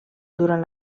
durant